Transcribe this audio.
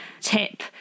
tip